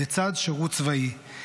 לצד שירות צבאי.